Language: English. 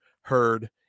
heard